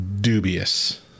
dubious